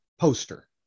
poster